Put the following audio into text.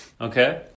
Okay